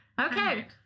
Okay